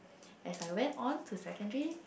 as I went on to secondary